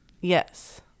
Yes